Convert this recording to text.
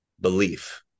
belief